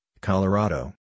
Colorado